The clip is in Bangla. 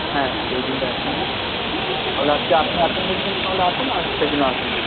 হ্যাঁ ওই দিন তো আসছেন তাহলে আজকে আপনি আসুন বলছেন তাহলে আসুন আর সেই দিনও আসবেন